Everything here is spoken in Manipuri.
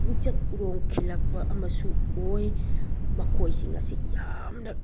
ꯃꯤꯡꯆꯠ ꯎꯔꯣꯡ ꯈꯤꯜꯂꯛꯄ ꯑꯃꯁꯨ ꯑꯣꯏ ꯃꯈꯣꯏꯁꯤꯡ ꯑꯁꯤ ꯌꯥꯝꯅ